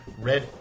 Red